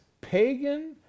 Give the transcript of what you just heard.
pagan